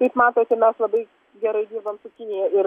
kaip matote mes labai gerai dirbam su kinija ir